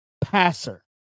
passer